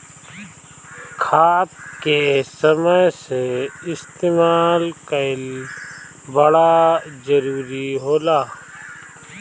खाद के समय से इस्तेमाल कइल बड़ा जरूरी होला